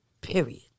Period